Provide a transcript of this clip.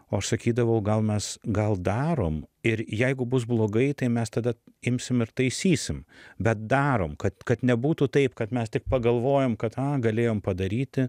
o aš sakydavau gal mes gal darom ir jeigu bus blogai tai mes tada imsim ir taisysim bet darom kad kad nebūtų taip kad mes tik pagalvojom kad a galėjom padaryti